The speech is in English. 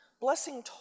Blessing